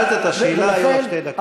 שאלת את השאלה, היו לך שתי דקות.